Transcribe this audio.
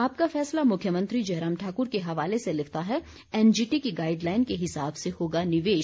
आपका फैसला मुख्यमंत्री जयराम ठाकुर के हवाले से लिखता है एनजीटी की गाइडलाईन के हिसाब से होगा निवेश